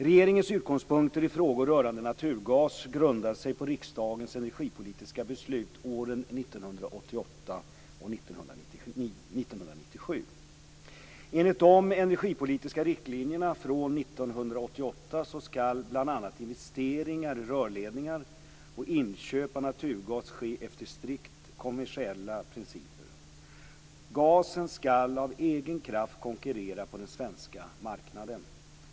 Regeringens utgångspunkter i frågor rörande naturgas grundar sig på riksdagens energipolitiska beslut åren 1988 och 1997. skall bl.a. investeringar i rörledningar och inköp av naturgas ske efter strikt kommersiella principer. Gasen skall av egen kraft konkurrera på den svenska marknaden.